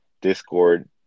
Discord